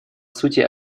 сути